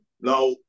Now